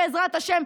בעזרת השם,